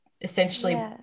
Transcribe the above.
essentially